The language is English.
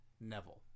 Neville